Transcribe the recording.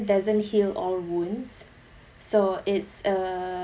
doesn't heal all wounds so it's a